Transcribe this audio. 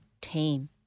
team